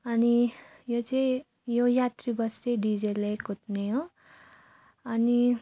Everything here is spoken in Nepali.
अनि यो चाहिँ यो यात्री बस चाहिँ डिजेलले कुद्ने हो अनि